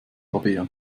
rabea